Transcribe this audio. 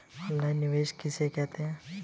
Online निवेश किसे कहते हैं?